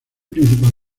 principal